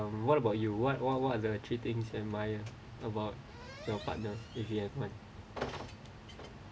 what about you what what what are the three things you admire about your partners if you have them